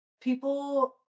people